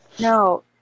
No